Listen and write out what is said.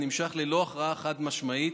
הנמשך ללא הכרעה חד-משמעית,